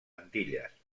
antilles